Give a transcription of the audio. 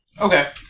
Okay